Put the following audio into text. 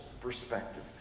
perspective